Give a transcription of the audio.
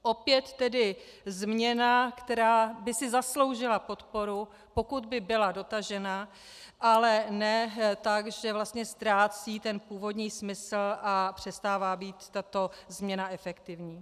Opět tedy změna, která by si zasloužila podporu, pokud by byla dotažena, ale ne tak, že vlastně ztrácí původní smysl a přestává být tato změna efektivní.